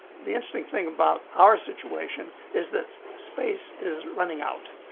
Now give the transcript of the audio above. the interesting thing about our situation is that space is running out,